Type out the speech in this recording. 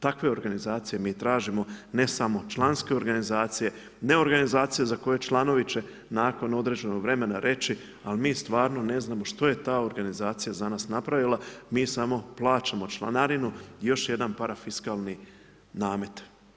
Takve organizacije mi tražimo, ne samo članske organizacije, ne organizacije za koje članovi će nakon određenog vremena reći, ali mi stvarno ne znamo što je ta organizacija za nas napravila, mi samo plaćamo članarinu i još jedan parafiskalni namet.